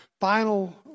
final